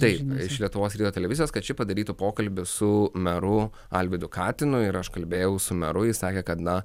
taip iš lietuvos ryto televizijos kad ši padarytų pokalbį su meru alvydu katinu ir aš kalbėjau su meru jis sakė kad na